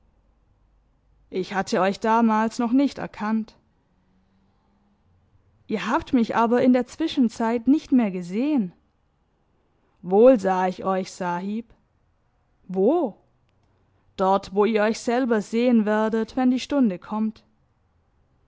ich hatte euch damals noch nicht erkannt ihr habt mich aber in der zwischenzeit nicht mehr gesehen wohl sah ich euch sahib wo dort wo ihr euch selber sehen werdet wenn die stunde kommt